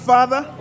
Father